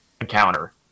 encounter